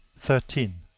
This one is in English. thirteen.